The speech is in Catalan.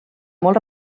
molt